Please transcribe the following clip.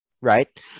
right